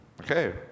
okay